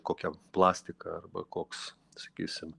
kokia plastika arba koks sakysim